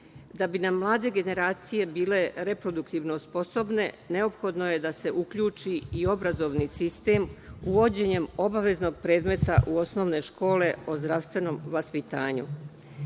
Da bi nam mlade generacije bile reproduktivno sposobne, neophodno je da se uključi i obrazovni sistem uvođenjem obaveznog predmeta u osnovne škole o zdravstvenom vaspitanju. Svima